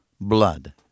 blood